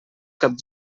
cap